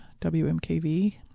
WMKV